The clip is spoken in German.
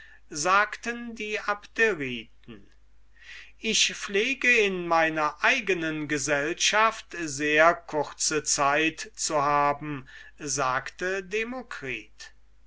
sagten die abderiten ich pflege in meiner eigenen gesellschaft sehr kurze zeit zu haben sagte demokritus